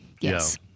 Yes